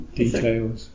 details